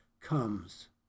comes